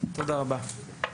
תודה רבה.